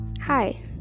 Hi